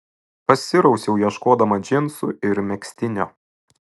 pasirausiau ieškodama džinsų ir megztinio